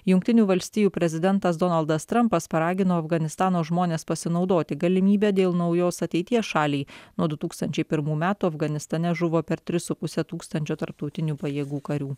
jungtinių valstijų prezidentas donaldas trampas paragino afganistano žmones pasinaudoti galimybe dėl naujos ateities šaliai nuo du tūkstančiai pirmų metų afganistane žuvo per tris su puse tūkstančio tarptautinių pajėgų karių